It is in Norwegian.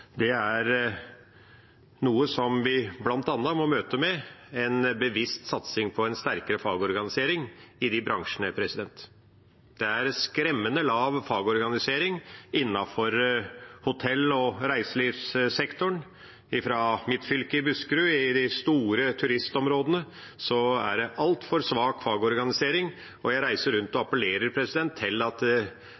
uteliv er noe vi bl.a. må møte med en bevisst satsing på en sterkere fagorganisering i de bransjene. Det er en skremmende lav fagorganisering innenfor hotell- og reiselivssektoren. I de store turistområdene i mitt hjemfylke, Buskerud, er det altfor svak fagorganisering. Jeg reiser rundt og